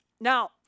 now